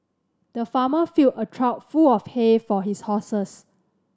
the farmer filled a trough full of hay for his horses